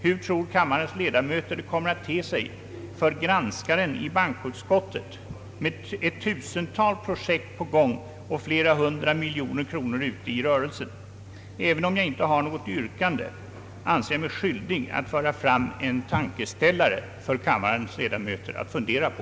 Hur tror kammarens ledamöter det kommer att te sig för granskaren i bankoutskottet med ett tusental projekt på gång och flera hundra miljoner kronor ute i rörelsen? Även om jag inte har något yrkande anser jag mig skyldig att föra fram en tankeställare för kammarens ledamöter att fundera på.